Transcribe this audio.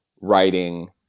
writing